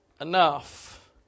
enough